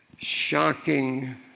shocking